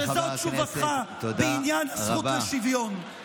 שזאת תשובתך בעניין הזכות לשוויון.